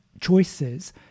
choices